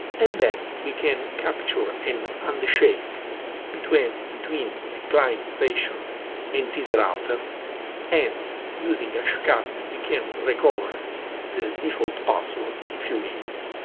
and then we can capture a and handshake between between a client station and this router and, using hashcat, we can recover the default password in few minutes.